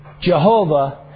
Jehovah